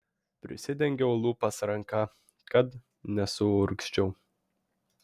prisidengiau lūpas ranka kad nesuurgzčiau